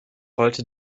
heute